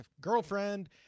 girlfriend